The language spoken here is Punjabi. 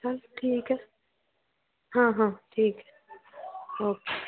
ਹਾਂ ਠੀਕ ਹੈ ਹਾਂ ਹਾਂ ਠੀਕ ਹੈ ਓਕੇ